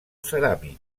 ceràmic